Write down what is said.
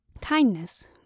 kindness